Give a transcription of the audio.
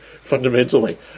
fundamentally